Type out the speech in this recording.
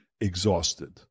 exhausted